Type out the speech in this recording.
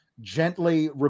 gently